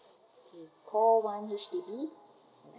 call one H_D_B